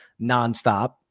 nonstop